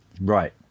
right